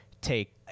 take